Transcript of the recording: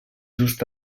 just